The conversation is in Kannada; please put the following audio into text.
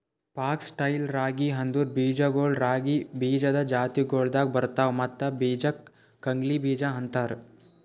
ಫಾಕ್ಸ್ ಟೈಲ್ ರಾಗಿ ಅಂದುರ್ ಬೀಜಗೊಳ್ ರಾಗಿ ಬೀಜದ್ ಜಾತಿಗೊಳ್ದಾಗ್ ಬರ್ತವ್ ಮತ್ತ ಬೀಜಕ್ ಕಂಗ್ನಿ ಬೀಜ ಅಂತಾರ್